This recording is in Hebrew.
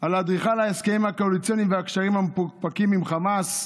על אדריכל ההסכמים הקואליציוניים והקשרים המפוקפקים עם חמאס,